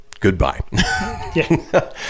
goodbye